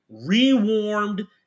rewarmed